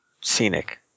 Scenic